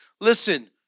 Listen